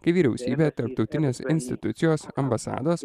kai vyriausybė tarptautinės institucijos ambasados